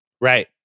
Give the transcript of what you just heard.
right